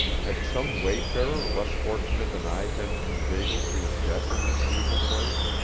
had some wayfarer less fortunate than i been inveigled to his death in this evil place?